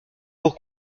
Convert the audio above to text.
pour